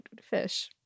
fish